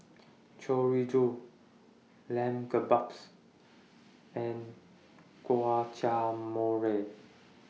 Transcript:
Chorizo Lamb Kebabs and Guacamole